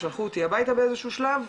שלחו אותי הביתה באיזה שהוא שלב,